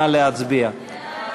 נא להצביע.